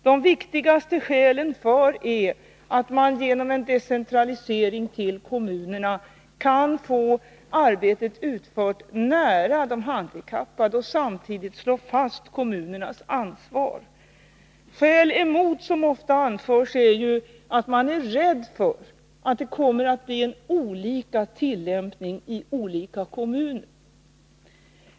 Det viktigaste skälet för är att man genom en decentralisering till kommunerna kan få arbetet utfört nära de handikappade och samtidigt slå fast kommunernas ansvar. Skäl emot som ofta anförs är att man är rädd för att det kommer att bli olika tillämpning i olika kommuner.